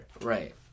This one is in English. Right